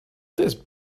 this